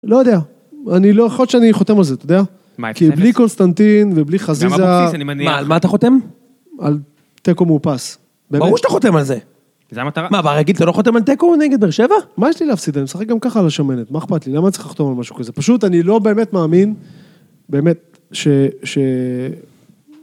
לא יודע, אני לא יכול שאני חותם על זה, אתה יודע? מה, איפה זה? כי בלי קונסטנטין ובלי חזיזה... גם אבוקסיס, אני מניח? מה, על מה אתה חותם? על תיקו מאופס. ברור שאתה חותם על זה! זה המטרה... מה, ברגיל אתה לא חותם על תיקו נגד באר שבע? מה יש לי להפסיד? אני משחק גם ככה על השמנת. מה אכפת לי? למה אני צריך לחתום על משהו כזה? פשוט אני לא באמת מאמין, באמת, ש...